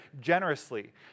generously